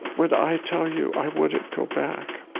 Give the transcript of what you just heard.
when i tell you i wouldn't go back,